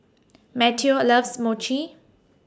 Matteo loves Mochi